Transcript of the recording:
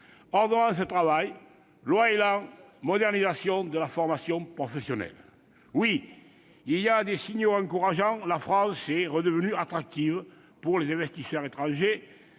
ou encore la modernisation de la formation professionnelle. Oui, il y a des signaux encourageants : la France est redevenue attractive pour les investisseurs étrangers,